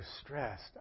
stressed